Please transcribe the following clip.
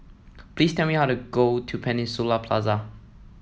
please tell me how to go to Peninsula Plaza